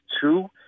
two